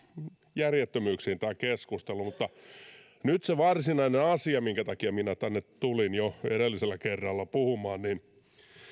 järjettömyyksiin mutta se varsinainen asia minkä takia minä tänne tulin jo edellisellä kerralla puhumaan